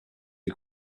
who